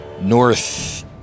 north